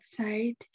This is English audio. website